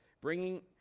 bringing